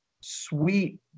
sweet